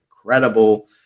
incredible